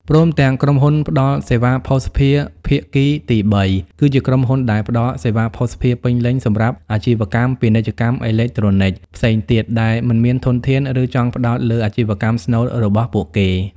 ព្រមទាំងក្រុមហ៊ុនផ្តល់សេវាភស្តុភារភាគីទីបី គឺជាក្រុមហ៊ុនដែលផ្តល់សេវាភស្តុភារពេញលេញសម្រាប់អាជីវកម្ម ពាណិជ្ជកម្មអេឡិចត្រូនិកផ្សេងទៀត ដែលមិនមានធនធាន ឬចង់ផ្តោតលើអាជីវកម្មស្នូលរបស់ពួកគេ។